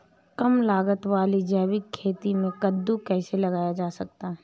कम लागत वाली जैविक खेती में कद्दू कैसे लगाया जा सकता है?